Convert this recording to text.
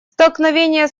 столкновение